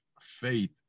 faith